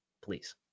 Please